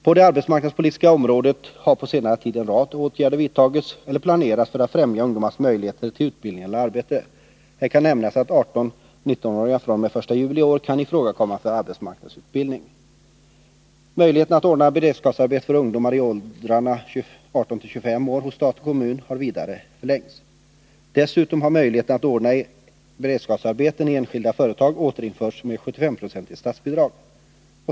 På det arbetsmarknadspolitiska området har på senare tid en rad åtgärder vidtagits eller planerats för att främja ungdomars möjligheter till utbildning eller arbete. Här kan nämnas att 18-19-åringar fr.o.m. den 1 juli i år kan ifrågakomma för arbetsmarknadsutbildning. Möjligheten att ordna beredskapsarbeten för ungdomar i åldrarna 18-25 år hos stat och kommun har vidare utökats. Dessutom har möjligheten att ordna beredskapsarbeten i enskilda företag återinförts med 75 96 statsbidrag.